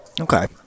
Okay